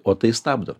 o tai stabdo